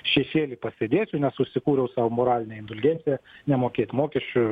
šešėly pasėdėsiu nes susikūriau sau moralinę indulgenciją nemokėt mokesčių